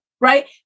right